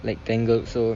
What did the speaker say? like tangled so